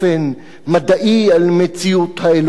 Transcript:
מציאות האלוהים, אלא מקללים אותו.